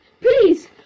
Please